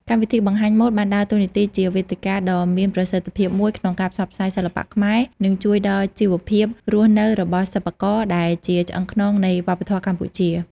កម្មវិធីបង្ហាញម៉ូដបានដើរតួនាទីជាវេទិកាដ៏មានប្រសិទ្ធភាពមួយក្នុងការផ្សព្វផ្សាយសិល្បៈខ្មែរ និងជួយដល់ជីវភាពរស់នៅរបស់សិប្បករ ដែលជាឆ្អឹងខ្នងនៃវប្បធម៌កម្ពុជា។